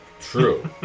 True